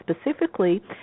specifically